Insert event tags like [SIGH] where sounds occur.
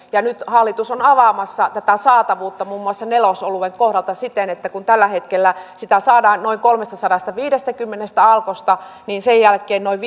ja nyt hallitus on avaamassa tätä saatavuutta muun muassa nelosoluen kohdalta siten että kun tällä hetkellä sitä saadaan noin kolmestasadastaviidestäkymmenestä alkosta niin sen jälkeen noin [UNINTELLIGIBLE]